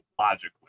logically